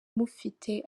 mufite